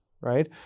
right